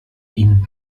ihn